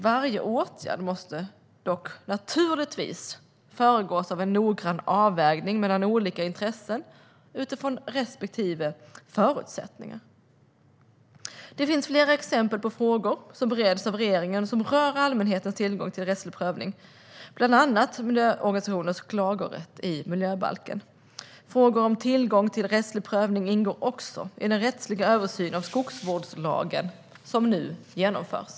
Varje åtgärd måste dock naturligtvis föregås av en noggrann avvägning mellan olika intressen och utifrån sina respektive förutsättningar. Det finns flera exempel på frågor som bereds av regeringen som rör allmänhetens tillgång till rättslig prövning, bland annat miljöorganisationers klagorätt i miljöbalken. Frågor om tillgång till rättslig prövning ingår också i den rättsliga översyn av skogsvårdslagen som nu genomförs.